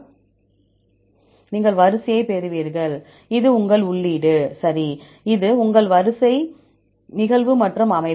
நீங்கள் வரிசையைப் பெறுவீர்கள் இது உங்கள் உள்ளீடு சரி இங்கே இது உங்கள் வரிசை நிகழ்வு மற்றும் அமைப்பு